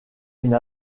une